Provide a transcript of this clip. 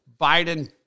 Biden